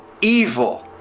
evil